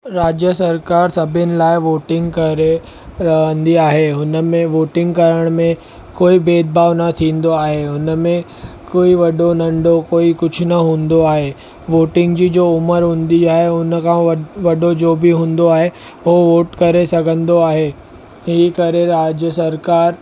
राज्य सरकारु सभिनि लाइ वोटिंग करे रहंदी आहे हुनमें वोटिंग करण में कोई भेदभाव न थींदो आहे हुनमें कोई वॾो नंढो कोई कुझु न हूंदो आहे वोटिंग जी जो उमर हूंदी आहे हुन खां वॾो जो बि हूंदो आहे हो वोट करे सघंदो आहे इहे ई करे राज्य सरकारु